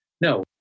no